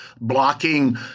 blocking